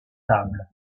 table